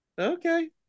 Okay